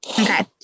okay